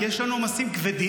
כי יש לנו עומסים כבדים.